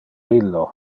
illo